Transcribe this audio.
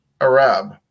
Arab